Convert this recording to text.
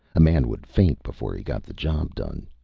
a man would faint before he got the job done.